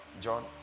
John